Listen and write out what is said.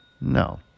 No